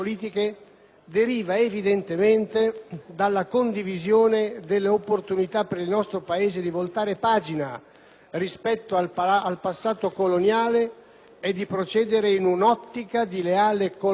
rispetto al passato coloniale e di procedere in un'ottica di leale collaborazione con un Paese, quale la Libia, vicino geograficamente e legato storicamente a noi.